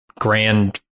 grand